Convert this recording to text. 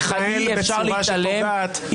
אתה מתנהל בצורה שפוגעת.